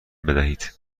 بدهید